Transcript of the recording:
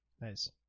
Nice